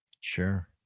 sure